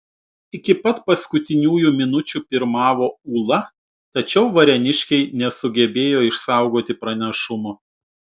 iki pat paskutiniųjų minučių pirmavo ūla tačiau varėniškiai nesugebėjo išsaugoti pranašumo